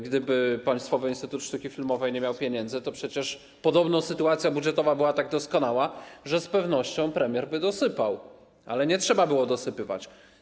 Gdyby Państwowy Instytut Sztuki Filmowej nie miał pieniędzy, to przecież premier, skoro sytuacja budżetowa była tak doskonała, z pewnością by dosypał, ale nie trzeba było dosypywać.